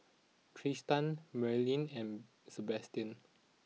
Tristan Merilyn and Sebastian